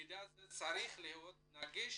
מידע זה צריך להיות נגיש